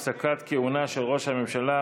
הפסקת כהונה של ראש הממשלה,